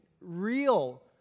real